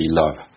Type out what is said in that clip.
love